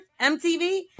MTV